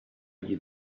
you